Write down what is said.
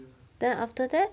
then after that